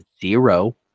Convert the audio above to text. zero